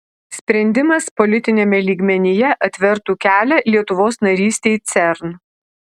sprendimas politiniame lygmenyje atvertų kelią lietuvos narystei cern